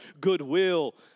goodwill